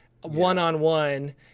one-on-one